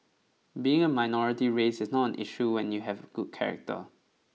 being a minority race is not an issue when you have good character